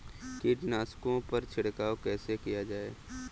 कीटनाशकों पर छिड़काव कैसे किया जाए?